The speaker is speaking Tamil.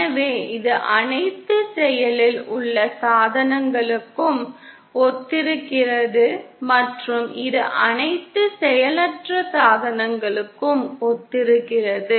எனவே இது அனைத்து செயலில் உள்ள சாதனங்களுக்கும் ஒத்திருக்கிறது மற்றும் இது அனைத்து செயலற்ற சாதனங்களுக்கும் ஒத்திருக்கிறது